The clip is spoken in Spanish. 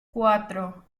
cuatro